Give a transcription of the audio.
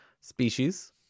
Species